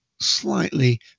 slightly